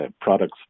products